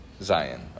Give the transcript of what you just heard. Zion